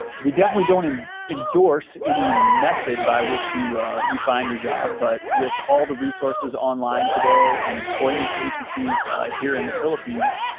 we definitely don't endorse any method by which you you find your job, but with all the resources online today and employment agencies here in the philippines,